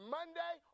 Monday